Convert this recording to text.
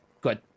good